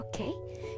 okay